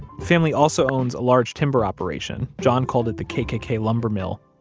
family also owns a large timber operation. john called it the kkk lumber mill.